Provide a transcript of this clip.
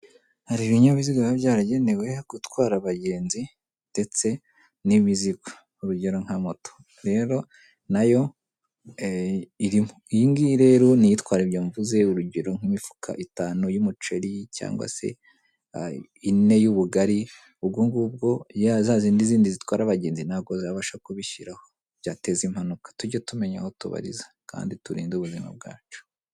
Hari ibinyabiziga biba byaragenewe gutwara abagenzi ndetse n'imizigo urugero nka moto rero na yo irimo. Iyi ngiyi rero n'itwara ibyo mvuze urugero nk'imifuka itanu y'umuceri cyangwa se ine y'ubugari, ubwo ngubwo za zindi'zindi zitwara abagenzi ntabwo zabasha kubishyiraho byateza impanuka. Tujye tumenya aho tubariza kandi turinde ubuzima bwacu.